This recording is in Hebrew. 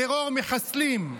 טרור מחסלים.